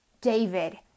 David